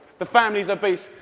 the family's obese.